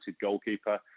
goalkeeper